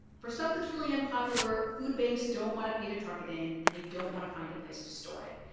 for stuff that's really unpopular, food banks don't want to pay to truck it in. and they don't want to find a place to store it.